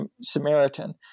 Samaritan